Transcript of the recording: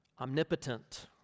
omnipotent